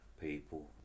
people